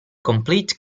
complete